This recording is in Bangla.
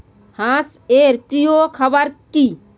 হাঁস এর প্রিয় খাবার কি?